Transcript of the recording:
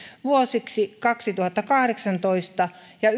vuosiksi kaksituhattakahdeksantoista ja